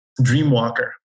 Dreamwalker